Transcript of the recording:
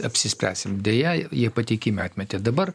apsispręsim deja jie pateikime atmetė dabar